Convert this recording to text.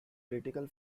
critical